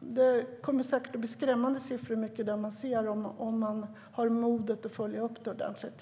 Det är säkert skrämmande siffror som kommer fram om man har modet att följa upp detta ordentligt.